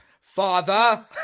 Father